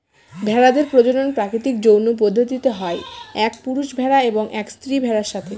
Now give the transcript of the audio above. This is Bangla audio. ভেড়াদের প্রজনন প্রাকৃতিক যৌন পদ্ধতিতে হয় এক পুরুষ ভেড়া এবং এক স্ত্রী ভেড়ার সাথে